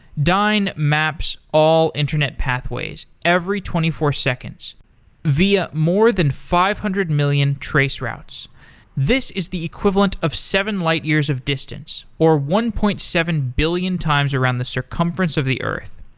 dyn maps all internet pathways every twenty four seconds via more than five hundred million traceroutes. this is the equivalent of seven light years of distance, or one point seven billion times around the circumference of the earth.